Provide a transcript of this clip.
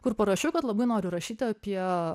kur parašiau kad labai noriu rašyti apie